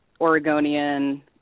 Oregonian